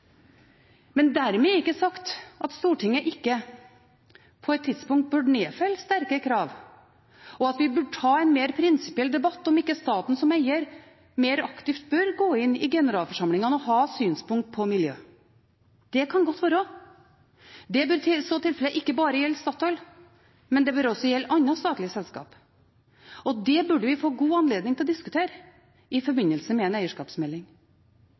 Men det er ikke dermed sagt at ikke Stortinget på et tidspunkt burde nedfelle sterke krav, og at vi burde ta en mer prinsipiell debatt om ikke staten som eier mer aktivt bør gå inn i generalforsamlingene og ha synspunkter på miljø. Det kan godt være. Det bør i så tilfelle ikke bare gjelde Statoil, det bør også gjelde andre statlige selskaper. Det burde vi få god anledning til å diskutere i forbindelse med en eierskapsmelding.